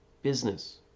Business